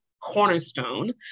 cornerstone